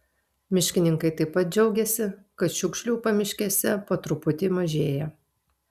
miškininkai taip pat džiaugiasi kad šiukšlių pamiškėse po truputį mažėja